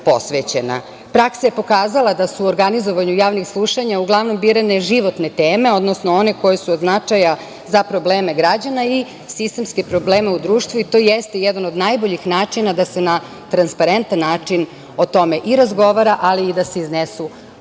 je pokazala da se u organizovanju javnih slušanja uglavnom birane životne teme, odnosno, one koje su od značaja za probleme građana i sistemske probleme u društvu. To jeste jedan od najboljih načina da se na transparentan način o tome i razgovara, ali i da se iznesu